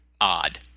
odd